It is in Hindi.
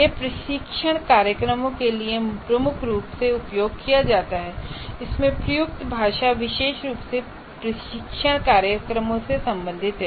यह प्रशिक्षण कार्यक्रमों के लिए प्रमुख रूप से उपयोग किया जाता हैइसमें प्रयुक्त भाषा विशेष रूप से प्रशिक्षण कार्यक्रमों से संबंधित है